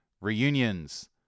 Reunions